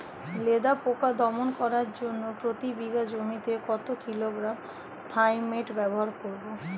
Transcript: লেদা পোকা দমন করার জন্য প্রতি বিঘা জমিতে কত কিলোগ্রাম থাইমেট ব্যবহার করব?